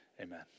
Amen